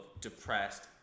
depressed